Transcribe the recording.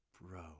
bro